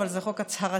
אבל זה חוק הצהרתי,